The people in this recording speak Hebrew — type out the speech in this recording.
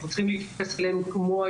אנחנו צריכים להתייחס אליהם כמו אל